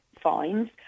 fines